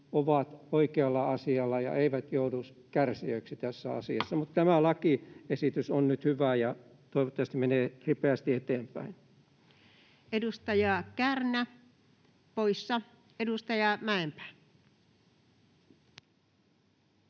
ovat oikealla asialla ja eivät joudu kärsijöiksi tässä asiassa. Tämä lakiesitys on nyt hyvä ja toivottavasti menee ripeästi eteenpäin. Edustaja Kärnä — poissa. Edustaja Mäenpää.